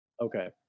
Okay